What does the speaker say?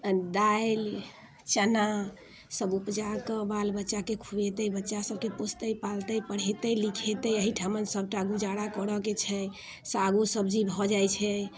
अऽ दालि चना सभ उपजा कऽ बाल बच्चाके खुएतै बच्चा सभके पोसतै पालतै पढ़ेतै लिखेतै अहिठामन सभटा गुजारा करऽके छै सागो सब्जी भऽ जाइत छै